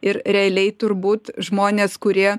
ir realiai turbūt žmonės kurie